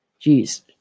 Jeez